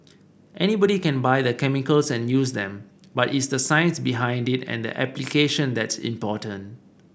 anybody can buy the chemicals and use them but it's the science behind it and the application that's important